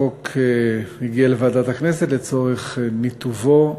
החוק הגיע לוועדת הכנסת לצורך ניתובו,